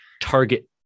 target